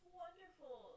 wonderful